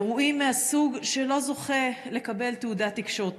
אירועים מהסוג שאינו זוכה לקבל תהודה תקשורתית.